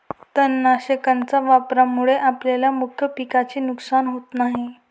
तणनाशकाच्या वापरामुळे आपल्या मुख्य पिकाचे नुकसान होत नाही